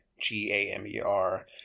G-A-M-E-R